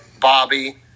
Bobby